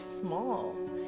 small